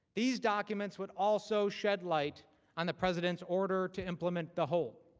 these documents would also shed light on the president order to implement the hold.